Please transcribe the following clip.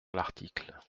l’article